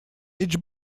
each